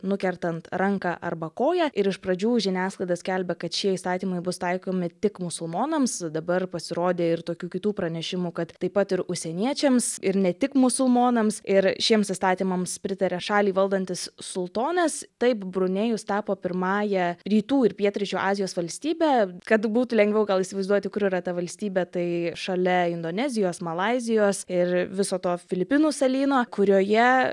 nukertant ranką arba koją ir iš pradžių žiniasklaida skelbia kad šie įstatymai bus taikomi tik musulmonams dabar pasirodė ir tokių kitų pranešimų kad taip pat ir užsieniečiams ir ne tik musulmonams ir šiems įstatymams pritaria šalį valdantis sultonas taip brunėjus tapo pirmąja rytų ir pietryčių azijos valstybe kad būtų lengviau gal įsivaizduoti kur yra ta valstybė tai šalia indonezijos malaizijos ir viso to filipinų salyno kurioje